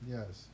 Yes